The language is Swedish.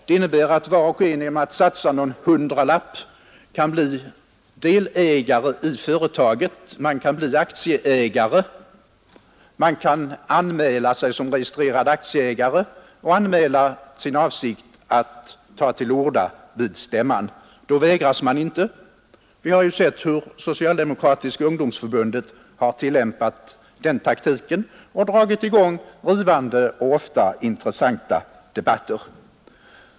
Det innebär att var och en genom att satsa någon hundralapp kan bli delägare i företaget och sedan som registrerad aktieägare anmäla sin avsikt att ta till orda vid stämman. Då vägras man inte detta. Vi har ju sett hur Socialdemokratiska ungdomsförbundet har tillämpat den taktiken och dragit i gång rivande och ofta intressanta debatter.